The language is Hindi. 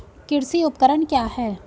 कृषि उपकरण क्या है?